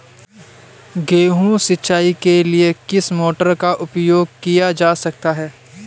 गेहूँ सिंचाई के लिए किस मोटर का उपयोग किया जा सकता है?